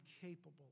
capable